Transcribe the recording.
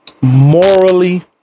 Morally